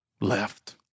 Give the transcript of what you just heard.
left